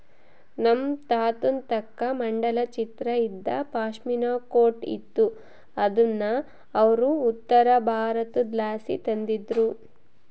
ನಮ್ ತಾತುನ್ ತಾಕ ಮಂಡಲ ಚಿತ್ರ ಇದ್ದ ಪಾಶ್ಮಿನಾ ಕೋಟ್ ಇತ್ತು ಅದುನ್ನ ಅವ್ರು ಉತ್ತರಬಾರತುದ್ಲಾಸಿ ತಂದಿದ್ರು